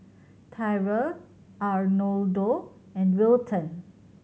Tyrel Arnoldo and Wilton